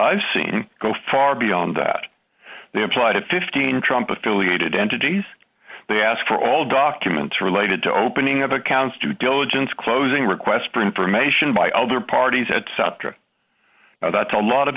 i've seen go far beyond that they apply to fifteen trump affiliated entities they ask for all documents related to opening of accounts due diligence closing requests for information by other parties etc now that's a lot of